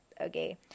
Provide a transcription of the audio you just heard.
Okay